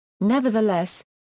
Nevertheless